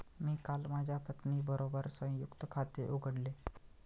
मी काल माझ्या पत्नीबरोबर संयुक्त खाते उघडले